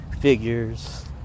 figures